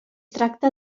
tracta